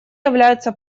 является